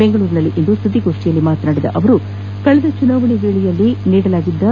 ಬೆಂಗಳೂರಿನಲ್ಲಿಂದು ಸುದ್ದಿಗೋಷ್ಟಿ ಉದ್ದೇಶಿಸಿ ಮಾತನಾಡಿದ ಅವರು ಕಳೆದ ಚುನಾವಣಾ ವೇಳೆಯಲ್ಲಿ ನೀಡಲಾಗಿದ್ದು